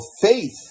faith